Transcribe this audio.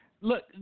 Look